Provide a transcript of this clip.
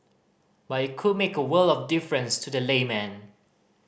but it could make a world of difference to the layman